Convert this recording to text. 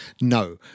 no